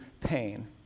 pain